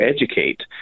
educate